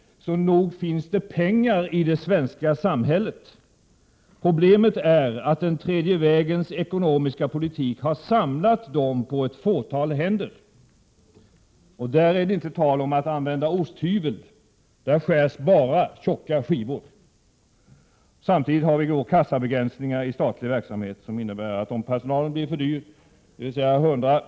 Så nog finns det pengar i det svenska samhället. Problemet är att den tredje vägens ekonomiska politik har samlat dem på ett fåtal händer. Där är det inte tal om att använda osthyvel, där skärs bara tjocka skivor. Samtidigt har vi kassabegränsningar i den statliga verksamheten som innebär, att om personalen blir för dyr, dvs. 100 kr.